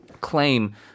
claim